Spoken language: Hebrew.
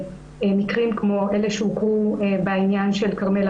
מקרים כמו אלה שהוכרו בעניין של כרמלה